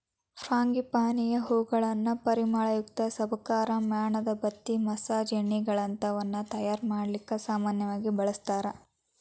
ಫ್ರಾಂಗಿಪಾನಿಯ ಹೂಗಳನ್ನ ಪರಿಮಳಯುಕ್ತ ಸಬಕಾರ್, ಮ್ಯಾಣದಬತ್ತಿ, ಮಸಾಜ್ ಎಣ್ಣೆಗಳಂತವನ್ನ ತಯಾರ್ ಮಾಡ್ಲಿಕ್ಕೆ ಸಾಮನ್ಯವಾಗಿ ಬಳಸ್ತಾರ